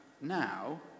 now